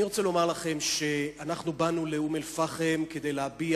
אני רוצה לומר לכם שבאנו לאום-אל-פחם כדי להביע